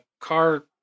car